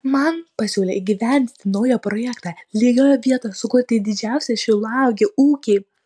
man pasiūlė įgyvendinti naują projektą lygioje vietoje sukurti didžiausią šilauogių ūkį